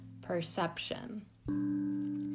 perception